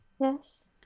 Yes